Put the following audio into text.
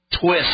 twist